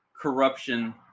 corruption